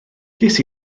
ges